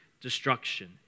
destruction